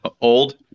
Old